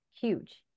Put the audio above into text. huge